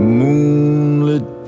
moonlit